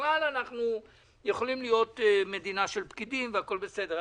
בכלל אנחנו יכולים להיות מדינה של פקידים והכול בסדר.